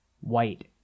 white